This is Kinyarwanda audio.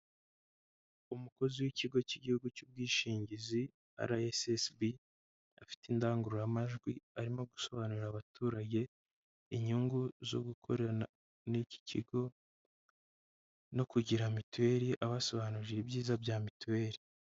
Umukozi w'ikigo cy'igihugu cy'ubwishingizi RSSB afite indangururamajwi arimo gusobanurira abaturage inyungu zo gukorana niki kigo no kugira mituweli abasobanurira ibyiza bya mituweli.